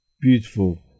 beautiful